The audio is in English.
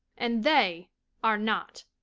and they are not.